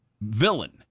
villain